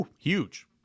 huge